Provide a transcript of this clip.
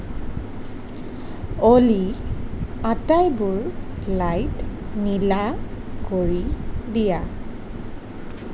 অ'লী আটাইবোৰ লাইট নীলা কৰি দিয়া